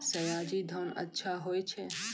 सयाजी धान अच्छा होय छै?